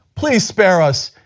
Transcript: please spare us.